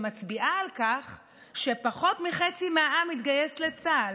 שמצביעה על כך שפחות מחצי מהעם יתגייס לצה"ל,